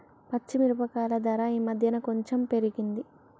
పచ్చి మిరపకాయల ధర ఈ మధ్యన కొంచెం పెరిగింది